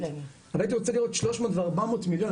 הייתי רוצה לראות 300 ו-400 מליון,